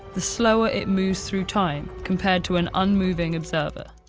the slower it moves through time compared to an unmoving observer.